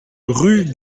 rue